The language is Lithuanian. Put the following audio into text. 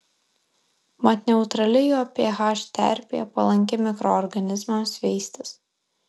mat neutrali jo ph terpė palanki mikroorganizmams veistis